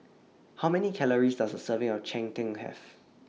How Many Calories Does A Serving of Cheng Tng Have